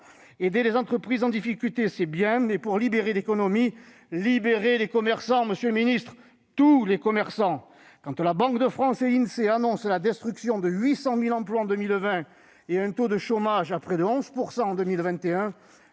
Aider les entreprises en difficulté, c'est bien, mais, pour libérer l'économie, libérez les commerçants, monsieur le ministre, tous les commerçants ! Alors que la Banque de France et l'Insee annoncent la destruction de 800 000 emplois en 2020 et un taux de chômage de près de 11 % en 2021,